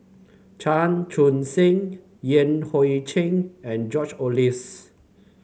Chan Chun Sing Yan Hui Chen and George Oehlers